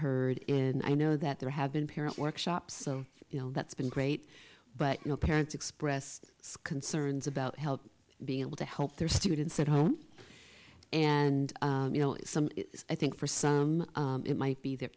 heard in i know that there have been parent workshops so that's been great but you know parents expressed concerns about help being able to help their students at home and you know some i think for some it might be that